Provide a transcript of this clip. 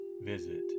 visit